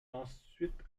ensuite